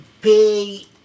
pay